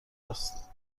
است